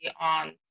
on